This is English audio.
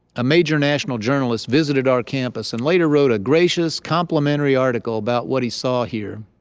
a major national journalist visited our campus and later wrote a gracious, complimentary article about what he saw here.